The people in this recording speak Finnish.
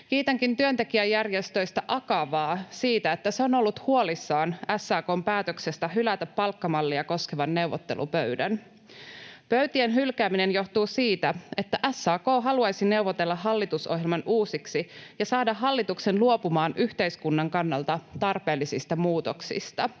Kiitänkin työntekijäjärjestöistä Akavaa siitä, että se on ollut huolissaan SAK:n päätöksestä hylätä palkkamallia koskeva neuvottelupöytä. Pöytien hylkääminen johtuu siitä, että SAK haluaisi neuvotella hallitusohjelman uusiksi ja saada hallituksen luopumaan yhteiskunnan kannalta tarpeellisista muutoksista.